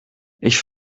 ich